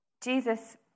Jesus